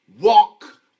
walk